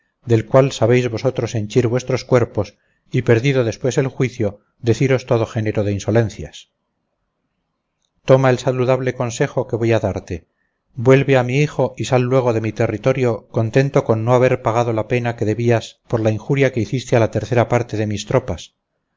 del cual sabéis vosotros henchir vuestros cuerpos y perdido después el juicio deciros todo género de insolencias toma el saludable consejo que voy a darte vuelve a mi hijo y sal luego de mi territorio contento con no haber pagado la pena que debías por la injuria que hiciste a la tercera parte de mis tropas